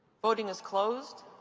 voting is closed.